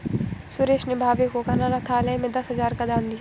सुरेश ने भावुक होकर अनाथालय में दस हजार का दान दिया